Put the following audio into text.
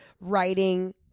writing